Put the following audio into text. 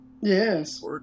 Yes